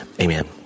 amen